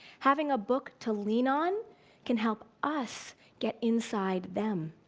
having a book to lean on can help us get inside them.